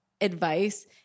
advice